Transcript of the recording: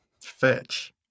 fetch